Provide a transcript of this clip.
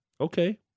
Okay